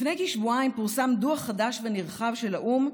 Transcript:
לפני כשבועיים פורסם דוח חדש ונרחב של האו"ם,